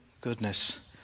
goodness